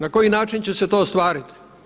Na koji način će se to ostvariti?